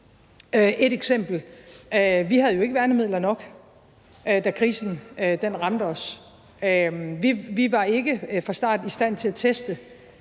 Et eksempel: Vi havde jo ikke værnemidler nok, da krisen ramte os. Vi var ikke fra start i stand til at teste